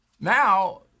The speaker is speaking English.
Now